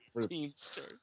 Teamsters